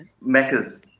meccas